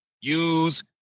use